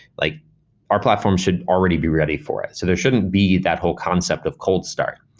like our platform should already be ready for it. so there shouldn't be that whole concept of cold start.